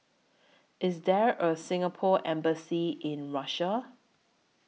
IS There A Singapore Embassy in Russia